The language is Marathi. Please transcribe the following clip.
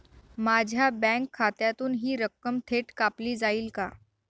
माझ्या बँक खात्यातून हि रक्कम थेट कापली जाईल का?